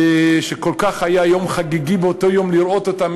שכל כך היה חגיגי באותו יום לראות אותם,